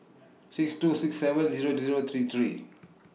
six two six seven Zero Zero three three